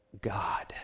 God